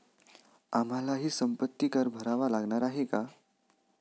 आम्हालाही संपत्ती कर भरावा लागणार आहे का?